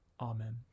Amen